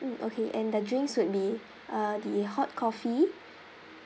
mm okay and the drinks would be uh the hot coffee